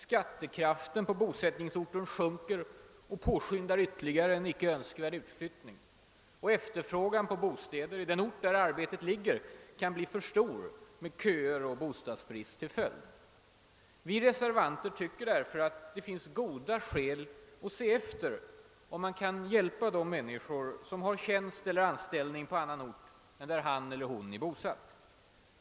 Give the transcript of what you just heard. Skattekraften på bosättningsorten sjunker och påskyndar ytterligare en icke önskvärd utveckling. Efterfrågan på bostäder i den ort där arbetet ligger kan bli för stor med köer och bostadsbrist till följd. Vi reservanter anser därför att det finns goda skäl att se efter om det är möjligt att hjälpa de människor som har tjänst eller anställning på annan ort än där de är bosatta.